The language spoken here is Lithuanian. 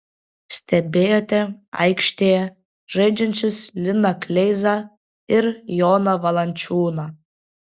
stebėjote aikštėje žaidžiančius liną kleizą ir joną valančiūną